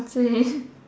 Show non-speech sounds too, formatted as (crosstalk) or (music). k (laughs)